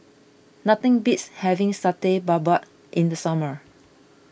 nothing beats having Satay Babat in the summer